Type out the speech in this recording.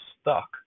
stuck